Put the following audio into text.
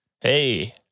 Hey